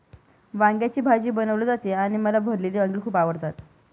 वांग्याची भाजी बनवली जाते आणि मला भरलेली वांगी खूप आवडतात